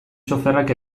txoferrak